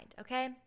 Okay